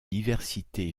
diversité